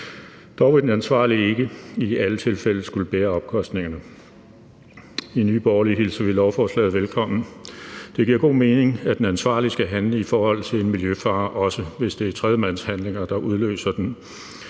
Dog vil den ansvarlige ikke i alle tilfælde skulle bære omkostningerne. I Nye Borgerlige hilser vi lovforslaget velkommen. Det giver god mening, at den ansvarlige skal handle i forhold til miljøfare, også hvis det er tredjemands handlinger, der udløser den,